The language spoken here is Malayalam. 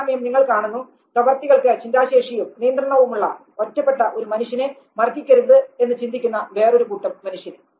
അതേസമയം നിങ്ങൾ കാണുന്നു പ്രവർത്തികൾക്ക് ചിന്താശേഷിയും നിയന്ത്രണവുമുള്ള ഒറ്റപ്പെട്ട ഒരു മനുഷ്യനെ മർദ്ദിക്കരുതെന്ന് ചിന്തിക്കുന്ന വേറൊരു കൂട്ടം മനുഷ്യരെ